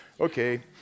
okay